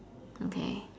okay